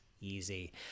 easy